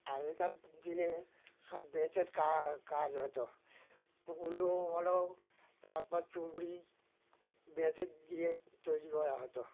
আগেকার দিনে সব বেতের কা কাজ হতো উলু বলো তারপর চুবড়ি বেতের দিয়ে তৈরি করা হতো